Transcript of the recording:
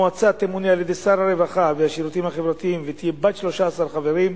המועצה תמונה על-ידי שר הרווחה והשירותים החברתיים ותהיה בת 13 חברים,